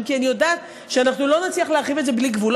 כי אני יודעת שאנחנו לא נצליח להרחיב את זה בלי גבול,